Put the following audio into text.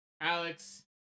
Alex